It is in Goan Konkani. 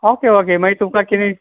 ओके ओके मागीर तुका कितेंय